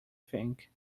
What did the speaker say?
think